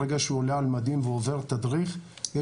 ברגע שהוא עולה על מדים והוא עובר תדריך - יש